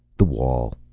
the wall.